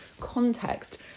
context